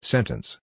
Sentence